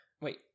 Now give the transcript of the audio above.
Wait